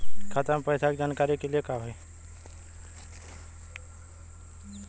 खाता मे पैसा के जानकारी के लिए का होई?